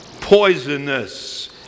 poisonous